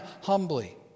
humbly